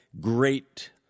great